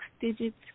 digits